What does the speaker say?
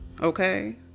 Okay